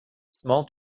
small